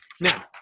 Now